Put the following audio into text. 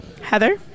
Heather